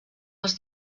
els